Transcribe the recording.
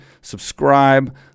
subscribe